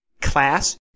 Class